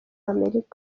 amerika